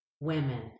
women